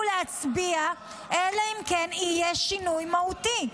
להצביע אלא אם כן יהיה שינוי מהותי?